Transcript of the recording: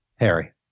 Harry